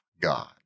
God